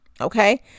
Okay